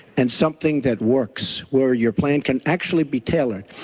and something that works, where your plan can actually be tailored.